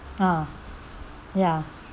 ah ya